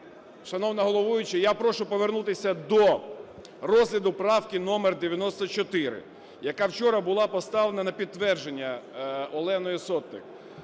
шановна головуюча, я прошу повернутися до розгляду правки номер 94, яка вчора була поставлена на підтвердження Оленою Сотник